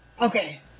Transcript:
Okay